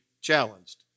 challenged